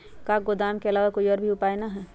का गोदाम के आलावा कोई और उपाय न ह?